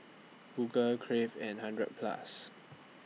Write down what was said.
Google Crave and hundred Plus